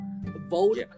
vote